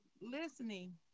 listening